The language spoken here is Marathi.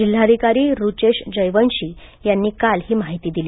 जिल्हाधिकारी रुचेश जयवंशी यांनी काल ही माहिती दिली